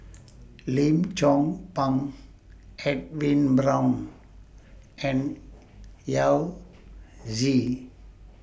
Lim Chong Pang Edwin Brown and Yao Zi